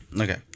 Okay